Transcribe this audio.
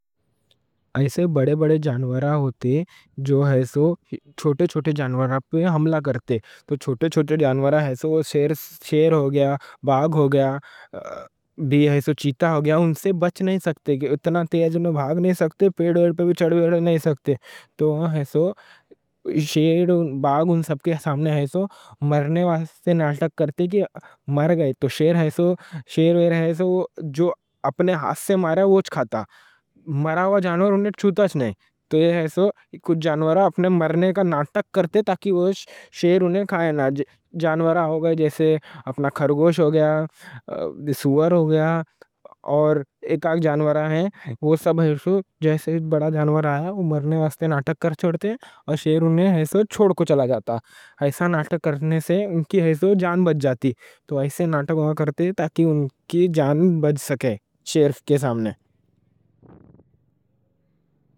ایسے بڑے بڑے جانوراں ہوتے جو ایسے چھوٹے چھوٹے جانوراں پر حملہ کرتے۔ تو چھوٹے چھوٹے جانوراں ایسے، شیر ہو گیا، باگ ہو گیا، بھی ایسے، چیتا ہو گیا، ان سے بچ نہیں سکتے۔ اتنا تیز میں بھاگ نہیں سکتے، پیڑ ویڑ پر بھی چڑھ ویڑ نہیں سکتے۔ تو ایسے شیر، باگ، ان سب کے سامنے ایسے مرنے واسطے ناٹک کرتے کہ مر گئے۔ تو شیر ایسے، جو اپنے ہاتھ سے مارا ہوتا، مرا ہوا جانور نہیں کھاتا۔ تو ایسے، کچھ جانور اپنے مرنے کا ناٹک کرتے، اور ایک ہی جانوراں ہیں وہ سب، جیسے بڑا جانور آیا، وہ مرنے واسطے ناٹک کر چھوڑتے، اور شیر انہیں ایسے چھوڑ کو چلا جاتا۔ ایسا ناٹک کرنے سے ان کی جان بچ جاتی۔ تو ایسے ناٹک کرتے تاکہ ان کی جان بچ سکے، شیر کے سامنے۔